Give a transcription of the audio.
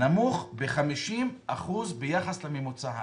נמוך ב-50% ביחס לממוצע הארצי.